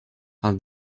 how